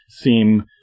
seem